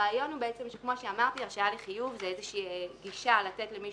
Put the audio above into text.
הרעיון הוא שהרשאה לחיוב היא איזושהי גישה לתת למישהו,